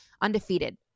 Undefeated